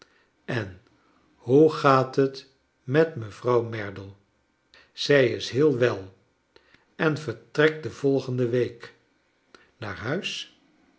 en hoe gaat het met mevrouw merdle zij is heel wel en vertrekt de volgende week naar huis